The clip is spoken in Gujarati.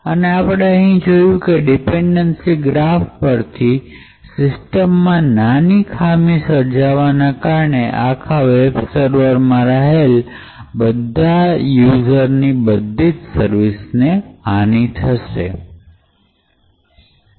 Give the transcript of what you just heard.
અને અહીં આપણે જોયું ડિપેન્ડન્સી ગ્રાફ પરથી કે સિસ્ટમ માં નાની ખામી સર્જાવાને કારણે આખા વેબ સર્વર માં રહેલ બધા યુઝર અને બધી જ સર્વિસને હાનિ થાય છે